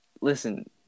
listen